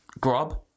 Grub